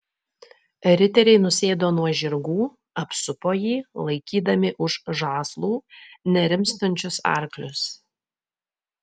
riteriai nusėdo nuo žirgų apsupo jį laikydami už žąslų nerimstančius arklius